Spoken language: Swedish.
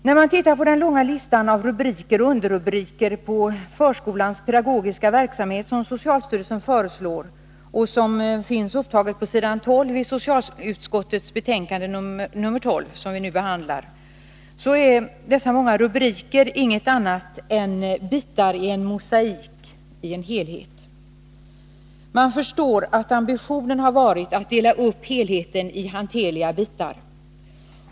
När man ser på den långa listan av rubriker och underrubriker i det förslag beträffande förskolans pedagogiska verksamhet som socialstyrelsen har utarbetat och som finns upptaget på s. 12 i socialutskottets betänkande, finner man att många rubriker inte är något annat än mosaikbitar i en helhet. Man förstår att ambitionen har varit att dela upp helheten i hanterliga bitar.